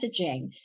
messaging